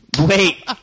Wait